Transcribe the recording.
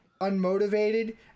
unmotivated